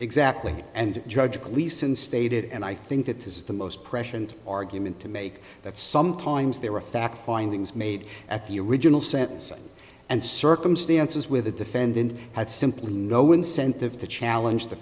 exactly and judge gleason stated and i think that this is the most pressure and argument to make that sometimes they were fact findings made at the original sentencing and circumstances with the defendant had simply no incentive to challenge the